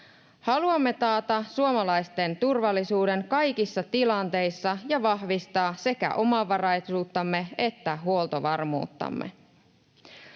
Haluamme taata suomalaisten turvallisuuden kaikissa tilanteissa ja vahvistaa sekä omavaraisuuttamme että huoltovarmuuttamme.